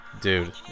dude